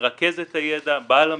שמרכז את הידע, בעל המקצועיות,